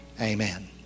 Amen